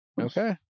Okay